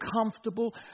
comfortable